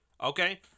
Okay